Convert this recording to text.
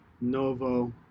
novo